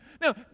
Now